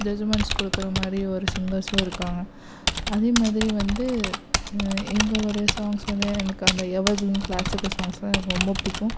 judgements கொடுக்குறமாரி ஒரு சிங்கர்ஸும் இருக்காங்க அதேமாதிரி வந்து இவர்களுடைய சாங்ஸ் வந்து எனக்கு அந்த எவர்க்ரீன் கிளாசிக்கல் சாங்ஸ்லாம் எனக்கு ரொம்ப பிடிக்கும்